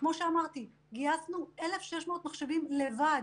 וכמו שאמרתי, גייסנו 1,600 מחשבים לבד.